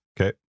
okay